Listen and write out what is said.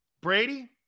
Brady